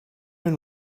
and